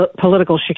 political